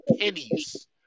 pennies